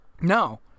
no